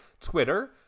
twitter